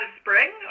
spring